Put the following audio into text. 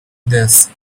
this